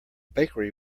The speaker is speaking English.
bakery